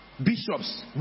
Bishops